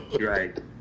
right